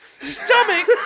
stomach